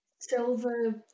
silver